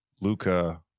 luca